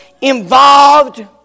involved